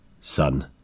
Son